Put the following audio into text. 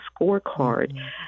scorecard